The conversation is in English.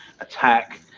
attack